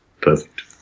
perfect